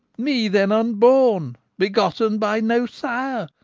me then unborn, begotten by no sire,